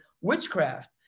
witchcraft